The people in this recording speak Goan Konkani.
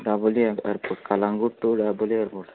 Dabolim airport Calangute to Dabolim airport